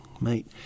mate